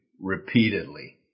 repeatedly